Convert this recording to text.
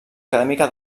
acadèmica